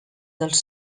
dels